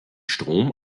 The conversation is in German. strom